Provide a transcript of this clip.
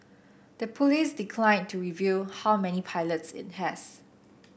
the police declined to reveal how many pilots it has